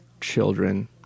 children